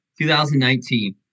2019